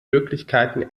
möglichkeiten